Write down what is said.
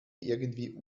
irgendwie